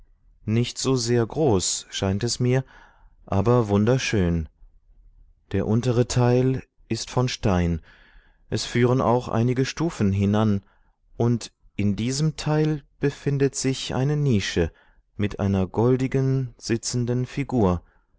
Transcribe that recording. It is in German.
nicht so sehr groß scheint es mir aber wunderschön der untere teil ist von stein es führen auch einige stufen hinan und in diesem teil befindet sich eine nische mit einer goldigen sitzenden figur